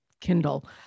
Kindle